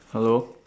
hello